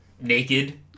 naked